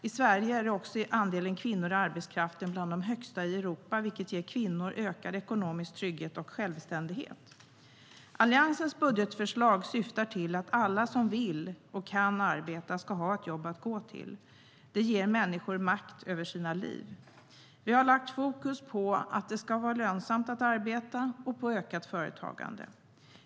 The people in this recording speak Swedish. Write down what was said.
I Sverige är andelen kvinnor i arbetskraften bland de högsta i Europa, vilket ger kvinnor ökad ekonomisk trygghet och självständighet. Alliansens budgetförslag syftar till att alla som vill och kan arbeta ska ha ett jobb att gå till. Det ger människor makt över sina liv. Vi har lagt fokus på att det ska vara lönsamt att arbeta och på ökat företagande.